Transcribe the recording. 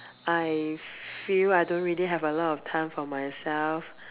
I feel I don't really have a lot of time for myself